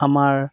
আমাৰ